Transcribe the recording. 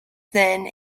then